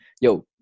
yo